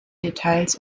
details